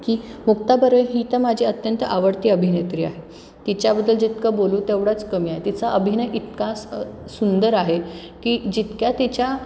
की मुक्ता बर्वे ही तर माझी अत्यंत आवडती अभिनेत्री आहे तिच्याबद्दल जितकं बोलू तेवढाच कमी आहे तिचा अभिनय इतका सुंदर आहे की जितक्या तिच्या